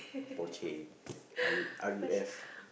Porsche R~ R_U_F